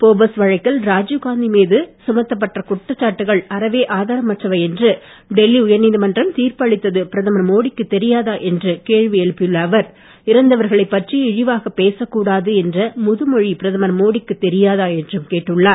Bofors வழக்கில் ராஜீவ் காந்தி மீது சுமத்தப்பட்ட குற்றச்சாட்டுகள் அறவே ஆதாரமற்றவை என்று டெல்லி உயர் நீதிமன்றம் தீர்ப்பு அளித்தது பிரதமர் மோடிக்குத் தெரியாதா என்று கேள்வி எழுப்பியுள்ள அவர் இறந்தவர்களைப் பற்றி இழிவாகப் பேசக்கூடாது என்ற முதுமொழி பிரதமர் மோடிக்குத் தெரியாதா என்றும் கேட்டுள்ளார்